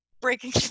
breaking